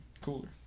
cooler